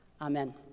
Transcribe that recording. Amen